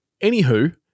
Anywho